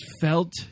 felt